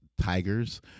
tigers